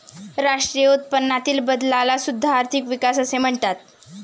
राष्ट्रीय उत्पन्नातील बदलाला सुद्धा आर्थिक विकास असे म्हणतात